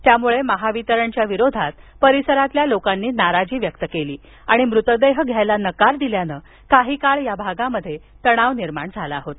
त्यामुळे महावितरणच्या विरोधात परीसरातील युवकांनी नाराजी व्यक्त केली आणि मृतदेह घेण्यास नकार दिल्याने काही काळ तणाव निर्माण झाला होता